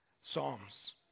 Psalms